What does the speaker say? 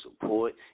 support